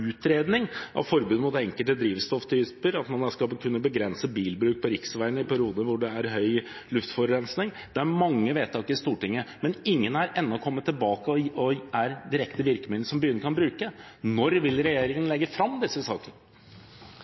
begrense bilbruk på riksveiene i perioder da det er høy luftforurensning. Det er mange vedtak i Stortinget, men ingen er ennå kommet tilbake og blitt direkte virkemidler som byene kan bruke. Når vil regjeringen legge fram disse sakene?